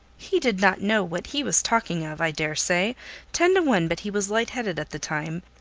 he did not know what he was talking of, i dare say ten to one but he was light-headed at the time.